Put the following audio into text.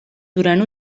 durant